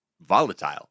volatile